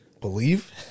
believe